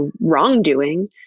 wrongdoing